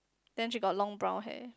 then she got long brown hair